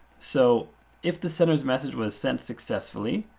so if the center's message was sent successfully,